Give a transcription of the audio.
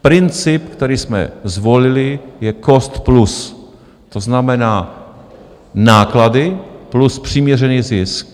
Princip, který jsme zvolili, je cost plus, to znamená náklady plus přiměřený zisk.